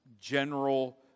general